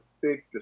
big